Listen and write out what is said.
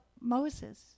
Moses